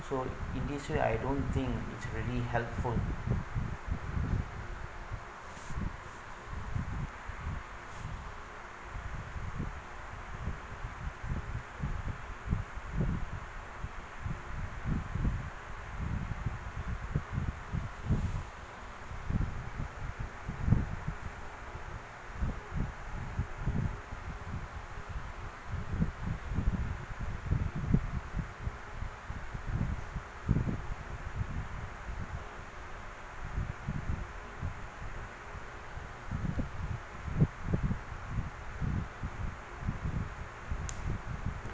so in this way I don't think it's really helpful